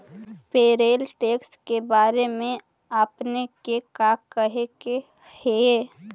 Payroll tax के बारे में आपने के का कहे के हेअ?